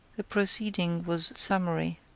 the proceeding was summary.